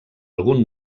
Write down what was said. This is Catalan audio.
algun